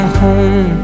home